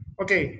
okay